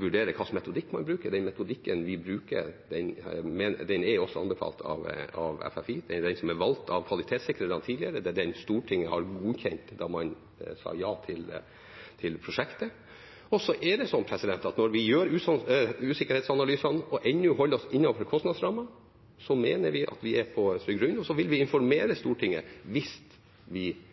vurdere hva slags metodikk man bruker. Den metodikken vi bruker, er anbefalt av FFI. Det er den som er valgt av kvalitetssikrerne tidligere. Det er den Stortinget godkjente da man sa ja til prosjektet. Når vi gjør usikkerhetsanalysene og ennå holder oss innenfor kostnadsrammene, mener vi at vi er på trygg grunn. Så vil vi informere Stortinget hvis vi ser at vi